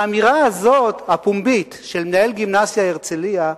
האמירה הזאת הפומבית של מנהל גימנסיה "הרצליה"